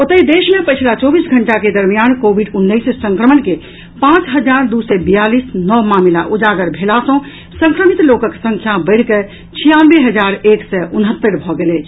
ओतहि देश मे पछिला चौबीस घंटा के दरमियान कोविड उन्नैस संक्रमण के पांच हजार हजार दू सय बयालीस नव मामिला उजागर भेला सँ संक्रमित लोकक संख्या बढ़ि कऽ छियानवे एक सय उन्हत्तरि भऽ गेल अछि